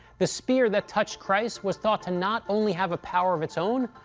the spear that touched christ was thought to not only have a power of its own,